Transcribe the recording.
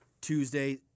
tuesday